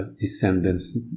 descendants